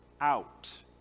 out